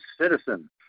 citizen